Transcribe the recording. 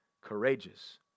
courageous